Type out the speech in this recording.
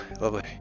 Lovely